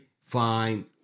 fine